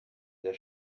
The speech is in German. der